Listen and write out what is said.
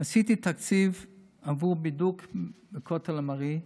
עשיתי תקציב עבור בידוק בכותל המערבי,